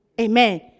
Amen